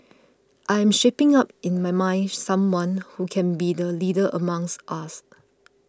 I am shaping up in my mind someone who can be the leader amongst us